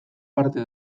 parte